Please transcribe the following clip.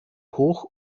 hoch